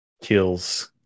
kills